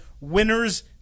winners